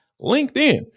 LinkedIn